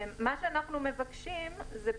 אנחנו מבקשים שני דברים: